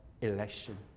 election